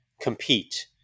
compete